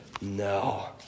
No